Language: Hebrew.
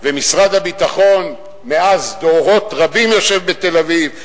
ומשרד הביטחון מאז דורות רבים יושב בתל-אביב,